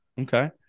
okay